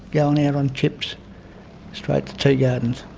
going out on chips straight to tea gardens.